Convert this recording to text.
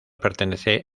pertenece